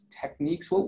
techniques